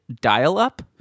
dial-up